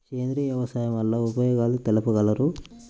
సేంద్రియ వ్యవసాయం వల్ల ఉపయోగాలు తెలుపగలరు?